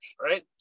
right